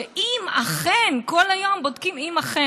ש"אם אכן" כל היום בודקים "אם אכן".